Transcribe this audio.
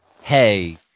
hey